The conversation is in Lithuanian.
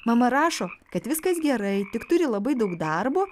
mama rašo kad viskas gerai tik turi labai daug darbo